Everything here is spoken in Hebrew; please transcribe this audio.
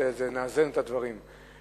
נאזן את הדברים.